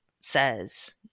says